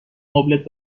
مبلت